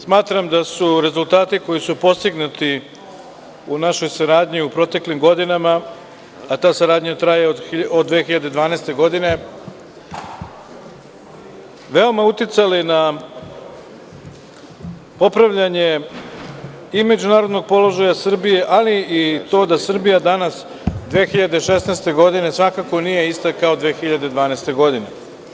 Smatram da su rezultati koji su postignuti u našoj saradnji u proteklim godinama, a ta saradnja traje od 2012. godine, veoma uticali na popravljanje imidža narodnog položaja Srbije, ali i to da Srbija danas, 2016. godine svakako nije ista kao i 2012. godine.